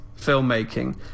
filmmaking